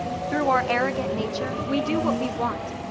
through our arrogant nature, we do what we want,